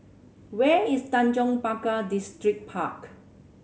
where is Tanjong Pagar Distripark